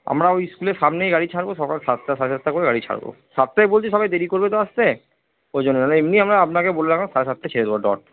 আমরা ওই স্কুলের সামনেই গাড়ি ছাড়ব সকাল সাতটা সাড়ে সাতটা করে গাড়ি ছাড়ব সাতটাই বলছি সবাই দেরি করবে তো আসতে ওই জন্য না হলে এমনি আমরা আপনাকে বলে রাখলাম সাড়ে সাতটায় ছেড়ে দেবো ডট